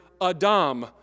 Adam